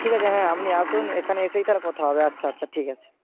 ঠিক আছে হ্যাঁ আপনি আসুন এখানে এসেই তাহলে কথা হবে আচ্ছা আচ্ছা ঠিক আছে